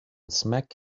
smack